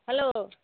hello